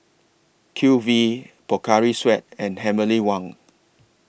Q V Pocari Sweat and Heavenly Wang